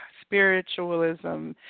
spiritualism